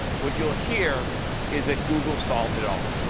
what you'll hear is that google solves it all.